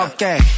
Okay